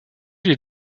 des